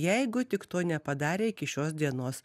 jeigu tik to nepadarė iki šios dienos